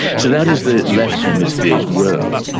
so that is the left hemisphere's world.